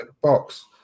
box